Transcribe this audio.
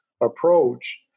approach